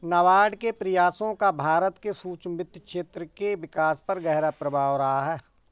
नाबार्ड के प्रयासों का भारत के सूक्ष्म वित्त क्षेत्र के विकास पर गहरा प्रभाव रहा है